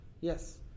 yes